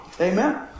Amen